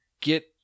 get